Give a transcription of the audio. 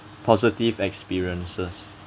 positive experiences